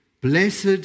blessed